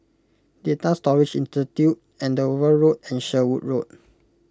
Data Storage Institute Andover Road and Sherwood Road